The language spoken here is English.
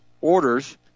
orders